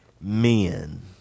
men